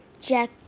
Jack